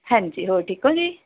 ਹਾਂਜੀ ਹੋਰ ਠੀਕ ਹੋ ਜੀ